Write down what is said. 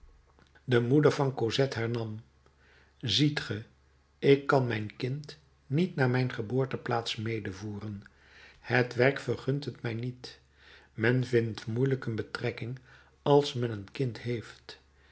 de moeder van cosette hernam ziet ge ik kan mijn kind niet naar mijn geboorteplaats medevoeren het werk vergunt het mij niet men vindt moeielijk een betrekking als men een kind heeft